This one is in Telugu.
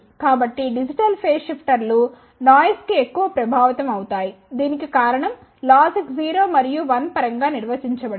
కాబట్టి డిజిటల్ ఫేజ్ షిఫ్టర్లు నాయిస్ కి ఎక్కువ ప్రభావితం అవుతాయి దీనికి కారణం లాజిక్ 0 మరియు 1 పరంగా నిర్వచించబడినది